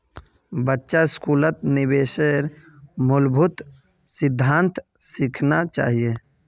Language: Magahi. बच्चा स्कूलत निवेशेर मूलभूत सिद्धांत सिखाना चाहिए